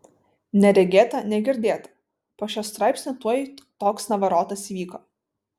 neregėta negirdėta po šio straipsnio tuoj toks navarotas įvyko